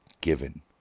given